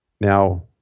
now